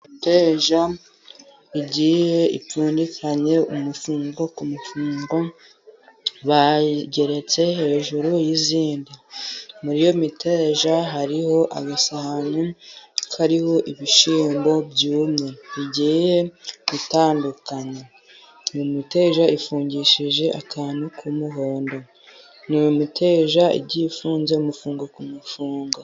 Imiteja igiye ipfundikanye umufungo ku mufungo. Bayigeretse hejuru y'iyindi. Muri iyo miteja hariho agasahani kariho ibishyimbo byumye bigiye bitandukanye. Iyo miteja ifungishije akantu k'umuhondo. Ni imiteja igiye ifunze umufungo ku mufungo.